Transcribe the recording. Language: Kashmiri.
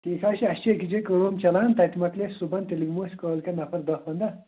ٹھیٖک حظ چھُ اَسہِ چھِ أکِس جایہِ کٲم چَلان تَتہِ مۅکلہِ اَسہِ صُبحن تیٚلہِ یِمو أسۍ کٲلۍکٮ۪تھ نفر دَہ پنٛداہ